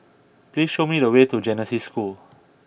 please show me the way to Genesis School